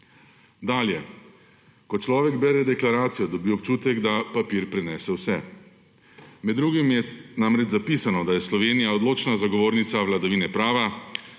Dalje. Ko človek bere deklaracijo, dobi občutek, da papir prenese vse. Med drugim je namreč zapisano, da je Slovenija odločna zagovornica vladavine prava,